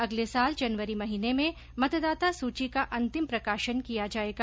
अगले साल जनवरी महीने में मतदाता सूची का अंतिम प्रकाशन किया जायेगा